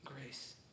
grace